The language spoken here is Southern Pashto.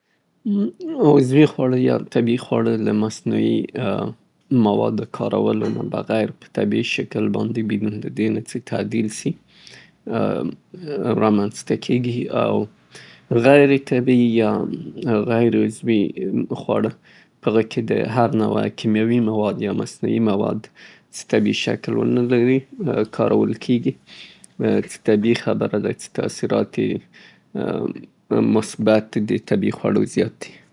عضوي خواړه یا طبعي خواړه هغه خواړه دي چه د مصنوعي تغییراتو یا جنیتیکي پلوه تغییر نسي او په طبعي ډول باندې رشد وکړي. څې دا طبعي ده څې د زیات صحي وي نظر هغو ته څه د سر یا مصنوعی شکل هغو کې تغییرات راوړل کیږي.